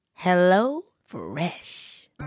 HelloFresh